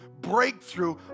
breakthrough